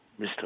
Mr